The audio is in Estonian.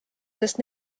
sest